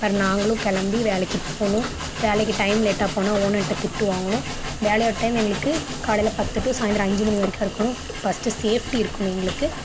அப்றம் நாங்களும் கிளம்பி வேலைக்கு போகணும் வேலைக்கு டைம் லேட்டாக போனால் ஓனர்ட்ட திட்டு வாங்கணும் வேலையோட டைம் எங்களுக்கு காலைல பத்து டு சாய்ந்தரம் அஞ்சு மணி வரைக்கும் இருக்கணும் ஃபஸ்ட்டு சேஃப்ட்டி இருக்கணும் எங்களுக்கு